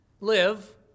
live